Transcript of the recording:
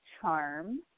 charm